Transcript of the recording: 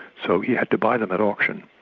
so he had to buy them at auction.